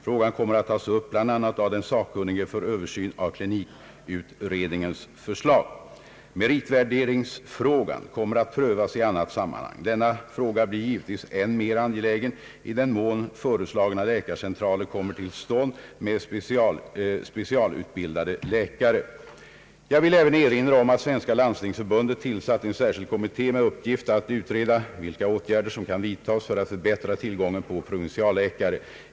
Frågan kommer att tas upp bl.a. av den sakkunnige för översyn av klinikutredningens förslag. Meritvärderingsfrågan kommer att prövas i annat sammanhang. Denna fråga blir givetvis än mer angelägen i den mån föreslagna läkarcentraler kommer till stånd med specialutbildade läkare. Jag vill även erinra om att Svenska landstingsförbundet tillsatt en särskild kommitté med uppgift att utreda vilka åtgärder som kan vidtas för att förbättra tillgången på provinsialläkare.